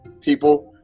people